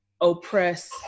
oppress